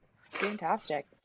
fantastic